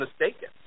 mistaken